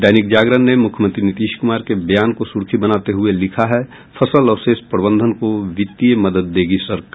दैनिक जागरण ने मुख्यमंत्री नीतीश कुमार के बयान को सुर्खी बनाते हुये लिखा है फसल अवशेष प्रबंधन को वित्तीय मदद देगी राज्य सरकार